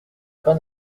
pas